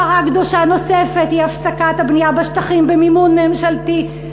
פרה קדושה נוספת היא הפסקת הבנייה בשטחים במימון ממשלתי,